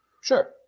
Sure